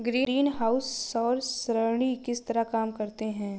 greenhouse सौर सरणी किस तरह काम करते हैं